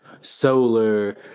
solar